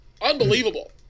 unbelievable